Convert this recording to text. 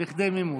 לכדי מימוש.